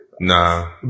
Nah